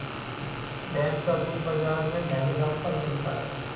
भैंस का दूध बाजार में महँगे दाम पर मिलता है